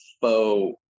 faux